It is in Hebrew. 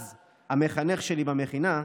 אז המחנך שלי במכינה: